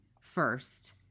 first